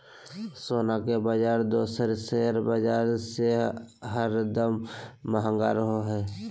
सोना के बाजार दोसर शेयर बाजार से हरदम महंगा रहो हय